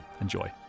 Enjoy